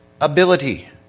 ability